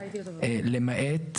למעט,